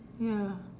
ya